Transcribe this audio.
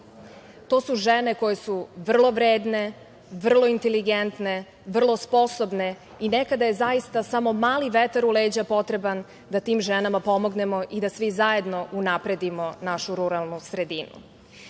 To su žene koju su vrlo vredne, vrlo inteligentne, vrlo sposobne i nekada je zaista samo mali vetar u leđa potreban da tim ženama pomognemo i da svi zajedno unapredimo našu ruralnu sredinu. Takođe,